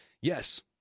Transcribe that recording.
yes